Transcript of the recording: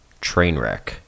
Trainwreck